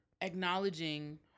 acknowledging